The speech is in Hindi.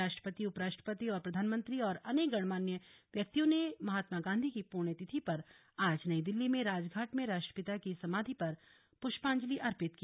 राष्ट्रपति उप राष्ट्रपति और प्रधानमंत्री और अनेक गणमान्य व्यक्तियों ने महात्मा गांधी की पुण्य तिथि पर आज नई दिल्ली में राजघाट में राष्ट्रपिता की समाधि पर पुष्पांजलि अर्पित की